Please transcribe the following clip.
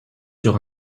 sur